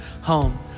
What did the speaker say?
home